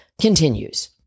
continues